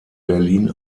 berlin